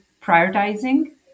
prioritizing